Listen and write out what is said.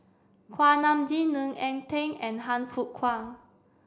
Kuak Nam Jin Ng Eng Teng and Han Fook Kwang